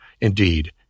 indeed